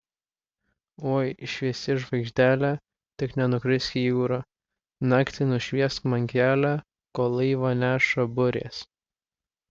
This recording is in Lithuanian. oi šviesi žvaigždele tik nenukrisk į jūrą naktį nušviesk man kelią kol laivą neša burės